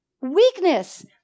Weakness